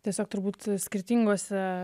tiesiog turbūt skirtingose